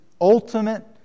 ultimate